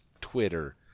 Twitter